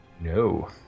No